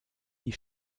die